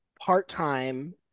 part-time